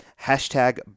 hashtag